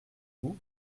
vous